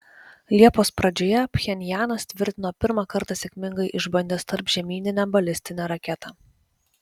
liepos pradžioje pchenjanas tvirtino pirmą kartą sėkmingai išbandęs tarpžemyninę balistinę raketą